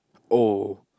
oh